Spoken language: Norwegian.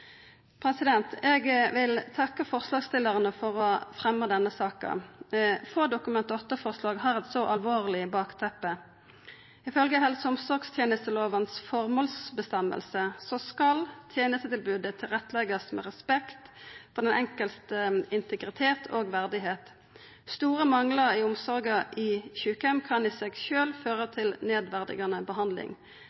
Eg vil takka forslagsstillarane for å fremja denne saka. Få Dokument nr. 8-forslag har eit så alvorleg bakteppe. Ifølgje helse- og omsorgstenestelovas formålsføresegn skal tenestetilbodet tilretteleggjast med respekt for den enkeltes integritet og verdigheit. Store manglar i omsorga i sjukeheim kan i seg